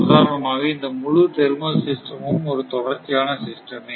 உதாரணமாக இந்த முழு தெர்மல் சிஸ்டமும் ஒரு தொடர்ச்சியான சிஸ்டமே